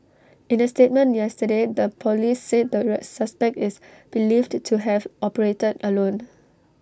in A statement yesterday the Police said the re suspect is believed to have operated alone